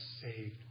saved